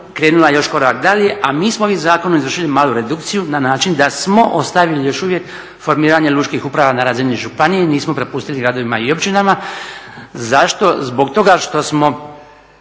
krenula je još korak dalje. A mi smo ovim zakonom izvršili malu redukciju na način da smo ostavili još uvijek formiranje lučkih uprava na razini županije i nismo prepustili gradovima i općinama. Zašto? Zbog toga što držimo